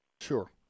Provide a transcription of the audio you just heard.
Sure